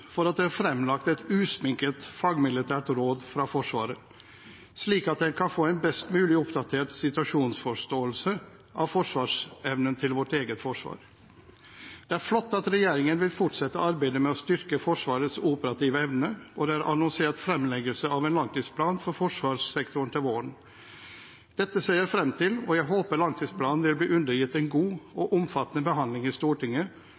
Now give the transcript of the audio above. for at det er fremlagt et usminket fagmilitært råd fra Forsvaret, slik at en kan få en best mulig oppdatert situasjonsforståelse av forsvarsevnen til vårt eget forsvar. Det er flott at regjeringen vil fortsette arbeidet med å styrke Forsvarets operative evne, og det er annonsert fremleggelse av en langtidsplan for forsvarssektoren til våren. Dette ser jeg frem til, og jeg håper langtidsplanen vil bli undergitt en god og omfattende behandling i Stortinget,